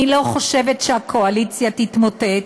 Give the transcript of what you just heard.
אני לא חושבת שהקואליציה תתמוטט,